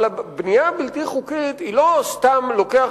אבל הבנייה הבלתי-חוקית היא לא שסתם לוקח